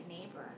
neighbor